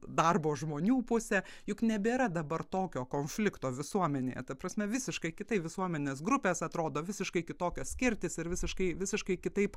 darbo žmonių pusė juk nebėra dabar tokio konflikto visuomenėje ta prasme visiškai kitaip visuomenės grupės atrodo visiškai kitokia skirtis ir visiškai visiškai kitaip